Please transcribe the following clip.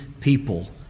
people